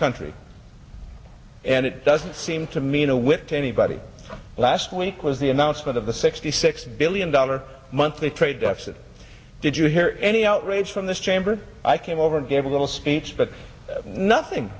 country and it doesn't seem to mean a whit to anybody last week was the announcement of the sixty six billion dollar monthly trade deficit did you hear any outrage from this chamber i came over and gave a little speech but nothing